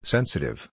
Sensitive